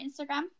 Instagram